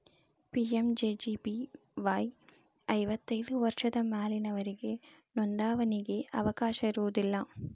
PMJJBY ಐವತ್ತೈದು ವರ್ಷದ ಮ್ಯಾಲಿನೊರಿಗೆ ನೋಂದಾವಣಿಗಿ ಅವಕಾಶ ಇರೋದಿಲ್ಲ